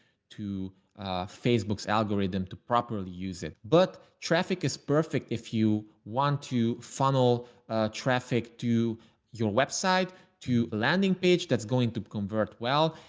facebook algorithm to properly use it. but traffic is perfect. if you want to funnel traffic to your web site to landing page. that's going to convert well.